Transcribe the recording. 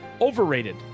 Overrated